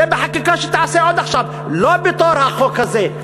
זה בחקיקה שתעשה עוד עכשיו, לא בתור החוק הזה.